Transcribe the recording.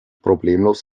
problemlos